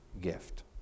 gift